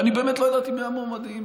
ואני באמת לא ידעתי מי המועמדים,